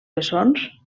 bessons